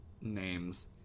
names